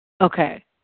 Okay